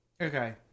Okay